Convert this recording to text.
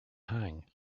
hang